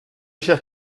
chers